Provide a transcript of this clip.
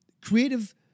creative